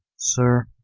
sir,